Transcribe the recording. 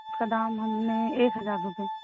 اس کا دام ہم نے ایک ہزار روپئے